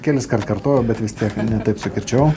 keliskart kartojau bet vis tiek ne taip sukirčiavau